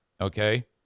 Okay